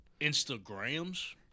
Instagrams